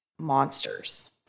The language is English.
monsters